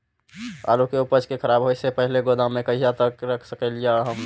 आलु के उपज के खराब होय से पहिले गोदाम में कहिया तक रख सकलिये हन?